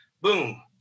Boom